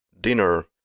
dinner